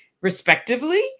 respectively